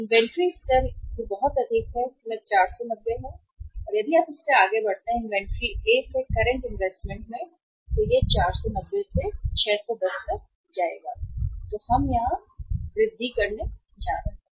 inventory स्तर यह बहुत अधिक है जो 490 है और यदि आप इससे आगे बढ़ते हैं इन्वेंट्री में A से करंट इनवेस्टमेंट 490 से 610 तक जाएगा वृद्धि हम यहाँ करने जा रहे हैं